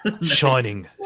Shining